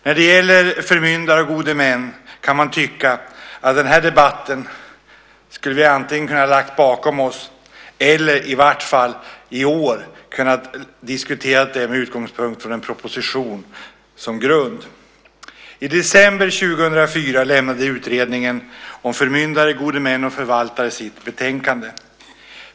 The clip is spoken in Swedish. När det gäller förmyndare och gode män kan man tycka att vi antingen skulle ha kunnat lägga denna debatt bakom oss eller i vart fall i år ha kunnat diskutera detta med utgångspunkt i en proposition. Utredningen om förmyndare, gode män och förvaltare överlämnade i december 2004 sitt betänkande.